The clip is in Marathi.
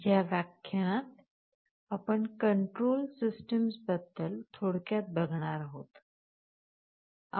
या व्याख्यानात आपण कंट्रोल सिस्टम्स बद्दल थोडक्यात बघणार आहोत